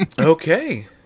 Okay